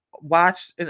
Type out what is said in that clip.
watch